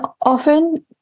often